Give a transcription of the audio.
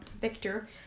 Victor